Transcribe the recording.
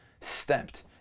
stepped